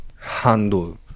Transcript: handle